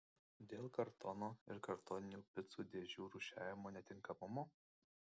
dėl kartono ir kartoninių picų dėžių rūšiavimo netinkamumo